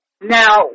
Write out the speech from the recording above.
Now